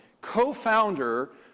co-founder